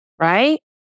right